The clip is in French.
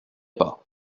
pas